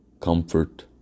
comfort